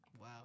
Wow